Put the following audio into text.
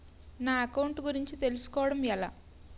నా అకౌంట్ గురించి తెలుసు కోవడం ఎలా?